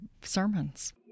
sermons